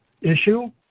issue